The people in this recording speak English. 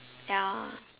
ya